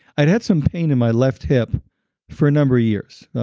i'd had some pain in my left hip for a number years.